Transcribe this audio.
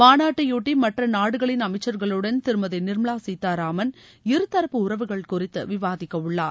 மாநாட்டையொட்டி மற்ற நாடுகளின் அமைச்சர்களுடன் திருமதி நிர்மவா கீதாராமன் இருதரப்பு உறவுகள் குறித்து விவாதிக்கவுள்ளார்